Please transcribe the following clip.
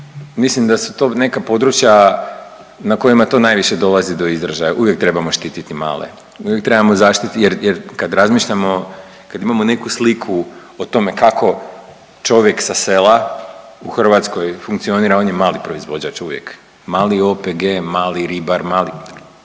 mislim da su to neka područja na kojima to najviše dolazi do izražaja. Uvijek trebamo štiti male, uvijek trebamo, jer kad razmišljamo, kad imamo neku sliku o tome kako čovjek sa sela u Hrvatskoj funkcionira on je mali proizvođač uvijek. Mali OPG, mali ribar, mali,